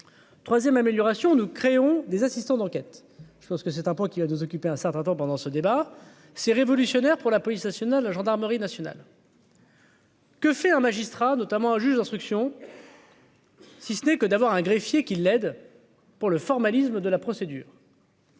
3ème amélioration nous créons des assistants d'enquête, je pense que c'est un point qui a 2 occuper un certain temps pendant ce débat, c'est révolutionnaire pour la police nationale, la gendarmerie nationale. Que fait un magistrat notamment au juge d'instruction. Si ce n'est que d'avoir un greffier qui l'aide pour le formalisme de la procédure.